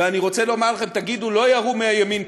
ואני רוצה לומר לכם: תגידו לא ירו מהימין,